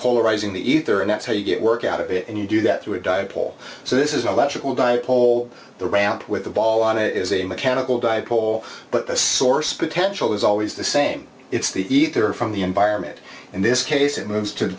polarizing the ether and that's how you get work out of it and you do that through a dipole so this is a logical dipole the ramp with a ball on it is a mechanical dipole but the source potential is always the same it's the ether from the environment in this case it moves to the